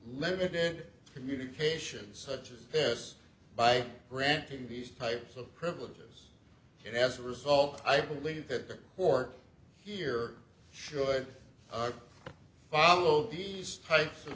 limited communications such as this by granting these types of privileges and as a result i believe that the court here should follow these types of